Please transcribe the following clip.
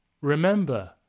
remember